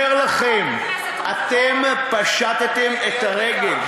אני אומר לכם: אתם פשטתם את הרגל.